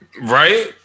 Right